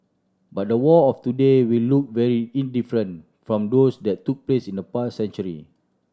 but the war of today will look very indifferent from those that took place in the past century